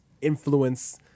influence